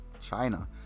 china